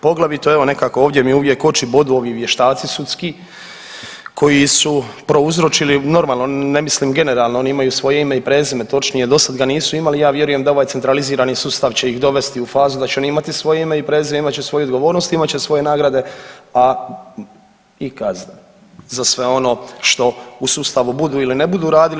Poglavito evo nekako ovdje mi uvijek oči bodu ovi vještaci sudski koji su prouzročili, normalno ne mislim generalno, oni imaju svoje ime i prezime, točnije dosad ga nisu imali, ja vjerujem da ovaj centralizirani sustav će ih dovesti u fazu da će oni imati svoje ime i prezime, imat će svoju odgovornost, imat će svoje nagrade i kazne za sve ono što u sustavu budu ili ne budu radili.